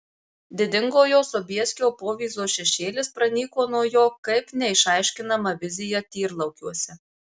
didingojo sobieskio povyzos šešėlis pranyko nuo jo kaip neišaiškinama vizija tyrlaukiuose